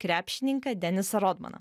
krepšininką denisą rodmaną